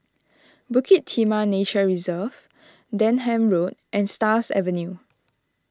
Bukit Timah Nature Reserve Denham Road and Stars Avenue